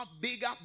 bigger